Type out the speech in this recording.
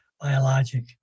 biologic